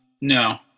No